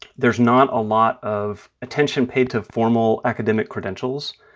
there's not a lot of attention paid to formal academic credentials.